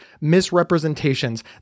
misrepresentations